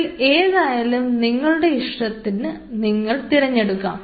ഇതിൽ ഏതായാലും നിങ്ങളുടെ ഇഷ്ടത്തിന് നിങ്ങൾക്ക് തിരഞ്ഞെടുക്കാം